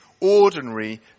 ordinary